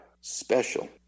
Special